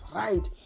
right